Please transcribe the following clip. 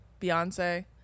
Beyonce